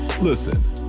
listen